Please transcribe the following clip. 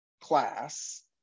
class